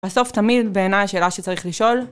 בסוף תמיד בעיניי השאלה שצריך לשאול